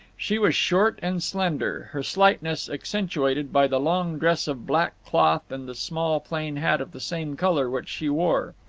she was short and slender her slightness accentuated by the long dress of black cloth and the small plain hat of the same colour which she wore.